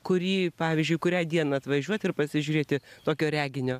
kurį pavyzdžiui kurią dieną atvažiuot ir pasižiūrėti tokio reginio